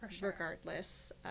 regardless